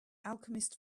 alchemist